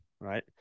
right